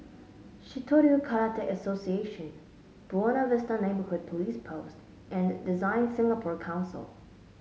Shitoryu Karate Association Buona Vista Neighbourhood Police Post and DesignSingapore Council